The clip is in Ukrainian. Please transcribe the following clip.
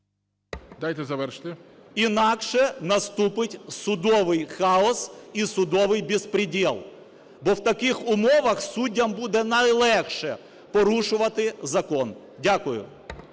Дайте завершити. СОБОЛЄВ С.В. Інакше наступить судовий хаос і судовий беспредел, бо в таких умовах суддям буде найлегше порушувати закон. Дякую.